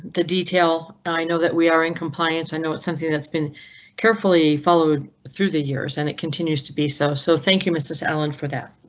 the detail. i know that we are in compliance. i know it's something that's been carefully followed through the years and it continues to be so. so thank you mrs allen, for that.